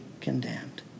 condemned